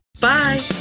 Bye